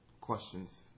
questions